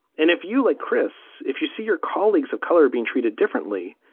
and if you like, chris, if you see your colleagues of color being treated differently,